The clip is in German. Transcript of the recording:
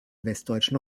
westdeutschen